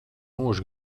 mūžu